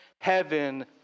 heaven